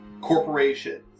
corporations